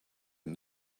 and